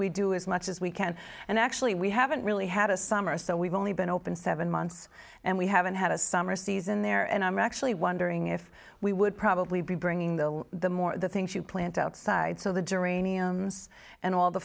we do as much as we can and actually we haven't really had a summer so we've only been open seven months and we haven't had a summer season there and i'm actually wondering if we would probably be bringing the all the more the things you plant outside so the jury and all the